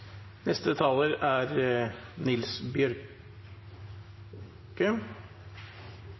neste taler er